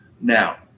Now